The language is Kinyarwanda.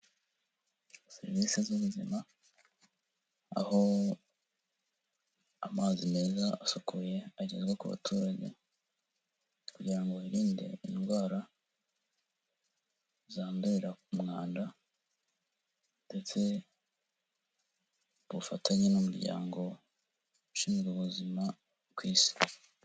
Serivisi z'ubuzima aho amazi meza asukuye agezwa ku baturage kugira ngo birinde indwara zandurira ku mwanda, ndetse kubufatanye n'umuryango ushinzwe ubuzima kw’isi.